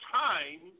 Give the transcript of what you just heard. time